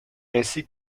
ainsi